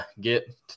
Get